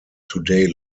today